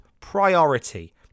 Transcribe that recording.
priority